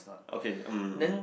okay mm mm